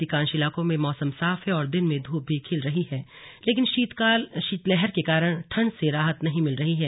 अधिकांश इलाकों में मौसम साफ है और दिन में धूप भी खिल रही है लेकिन शीतलहर के कारण ठंड से राहत नहीं मिल रही है